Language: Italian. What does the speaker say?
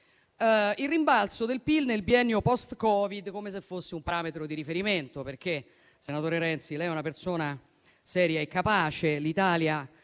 il rimbalzo del PIL nel biennio post-Covid come se fosse un parametro di riferimento. Senatore Renzi, lei, che è una persona seria e capace, saprà